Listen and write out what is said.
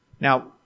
Now